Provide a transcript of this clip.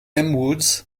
woods